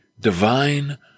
divine